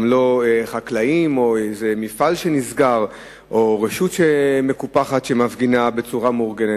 גם לא חקלאים או איזה מפעל שנסגר או רשות מקופחת שמפגינה בצורה מאורגנת,